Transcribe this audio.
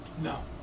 No